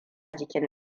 jikin